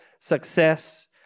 success